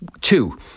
two